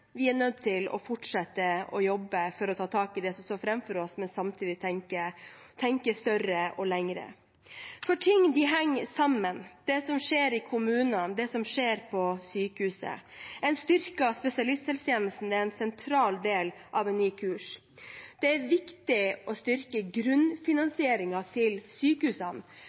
Vi er nødt til å fortsette å jobbe for å ta tak i det som står foran oss, men samtidig må vi tenke større og lenger – for ting henger sammen; det som skjer i kommunene, og det som skjer på sykehuset. En styrket spesialisthelsetjeneste er en sentral del av en ny kurs. Det er viktig å styrke grunnfinansieringen av sykehusene.